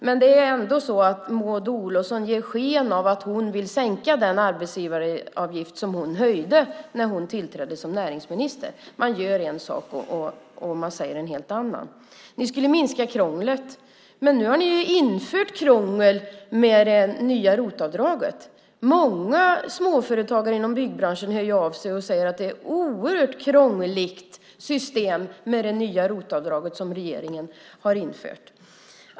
Men det är ändå så att Maud Olofsson ger sken av att hon vill sänka den arbetsgivaravgift som hon höjde när hon tillträdde som näringsminister. Man gör en sak och säger en helt annan. Ni skulle minska krånglet. Men nu har ni ju infört krångel i och med det nya ROT-avdraget. Många småföretagare inom byggbranschen hör av sig och säger att det nya ROT-avdraget som regeringen har infört är ett oerhört krångligt system.